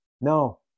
No